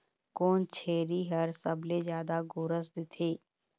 कोन छेरी हर सबले जादा गोरस देथे?